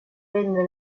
venne